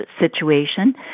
situation